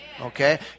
Okay